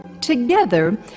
Together